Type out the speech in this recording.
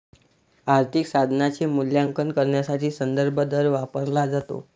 आर्थिक साधनाचे मूल्यांकन करण्यासाठी संदर्भ दर वापरला जातो